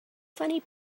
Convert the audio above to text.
funny